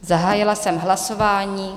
Zahájila jsem hlasování.